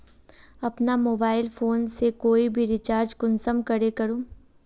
अपना mobile phone से कोई भी रिचार्ज कुंसम करे करूम?